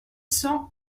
cents